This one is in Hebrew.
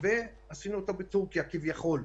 ועשינו אותו בטורקיה כביכול,